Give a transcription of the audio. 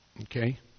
Okay